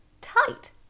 Tight